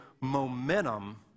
momentum